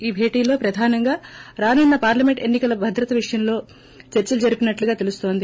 ఈ భేటీలో ప్రధానంగా రానున్న పార్లమెంట్ ఎన్ని కల భద్రత విషయంపై చర్సలు జరిపినట్లుగా తెలిసింది